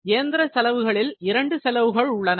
இயந்திர செலவுகளில் இரண்டு செலவுகள் உள்ளன